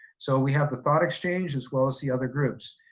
so we have the thought exchange as well as the other groups.